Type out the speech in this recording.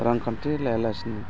रांखान्थि लायालासिनो